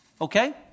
Okay